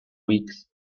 weeks